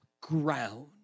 ground